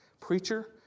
preacher